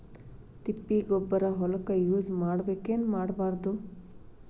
ತಿಪ್ಪಿಗೊಬ್ಬರ ಹೊಲಕ ಯೂಸ್ ಮಾಡಬೇಕೆನ್ ಮಾಡಬಾರದು?